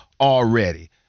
already